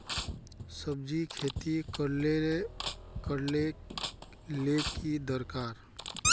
सब्जी खेती करले ले की दरकार?